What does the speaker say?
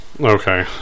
Okay